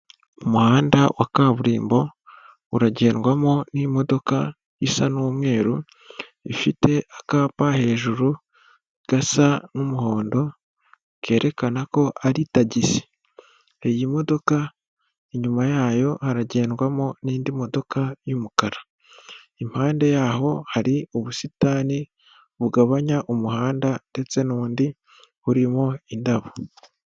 Umuhanda wa kaburimbo uragendwamo n'imodoka isa n'umweru, ifite akapa hejuru gasa n'umuhondo, kerekana ko ari tagisi. Iyi modoka inyuma yayo hagendwamo n'indi modoka y'umukara. Impande yaho hari ubusitani bugabanya umuhanda ndetse n'undi, burimo indabo.